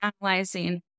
analyzing